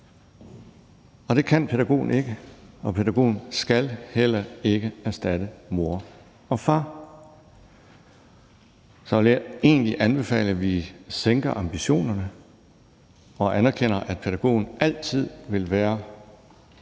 men det kan pædagogen ikke, og pædagogen skal heller ikke erstatte mor og far. Så jeg vil egentlig anbefale, at vi sænker ambitionerne og anerkender, at pædagogen altid vil være